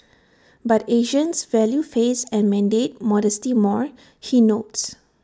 but Asians value face and mandate modesty more he notes